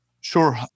Sure